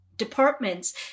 departments